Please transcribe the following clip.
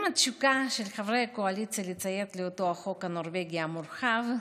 אם התשוקה של חברי הקואליציה היא לציית לאותו החוק הנורבגי המורחב,